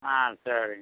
ஆ சரிங்க